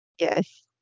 Yes